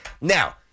Now